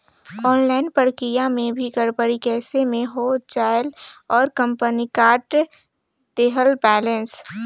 Online प्रक्रिया मे भी गड़बड़ी कइसे मे हो जायेल और कंपनी काट देहेल बैलेंस?